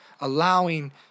allowing